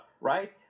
right